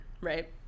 right